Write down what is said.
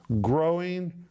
growing